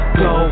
go